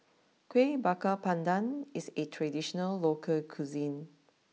Kueh Bakar Pandan is a traditional local cuisine